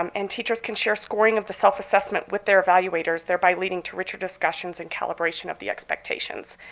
um and teachers can share scoring of the self-assessment with their evaluators, thereby leading to richer discussions and calibration of the expectations.